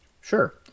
Sure